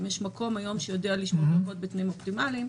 האם יש מקום היום שיודע לעמוד בתנאים אופטימליים?